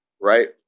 Right